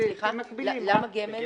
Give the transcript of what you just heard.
למה גמל?